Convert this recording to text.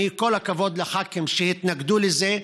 כל הכבוד לח"כים שהתנגדו לזה.